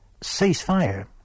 ceasefire